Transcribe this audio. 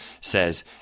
says